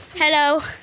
Hello